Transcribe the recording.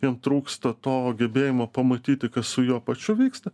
jam trūksta to gebėjimo pamatyti kas su juo pačiu vyksta